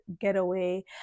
getaway